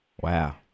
Wow